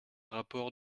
rapports